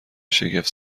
شگفت